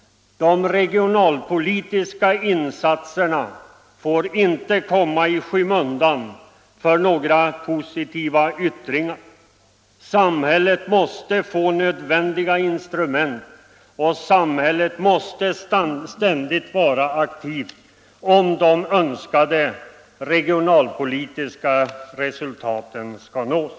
De regionalpolitiska insatserna får inte komma i skymundan för några positiva yttringar. Samhället måste få nödvändiga instrument, och sam hället måste ständigt vara aktivt om de önskade regionalpolitiska resultaten skall nås.